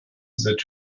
that